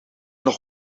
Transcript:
nog